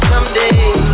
Someday